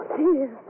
dear